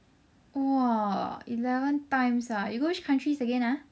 !wah! eleven times ah you go which countries again ah